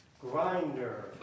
Grinder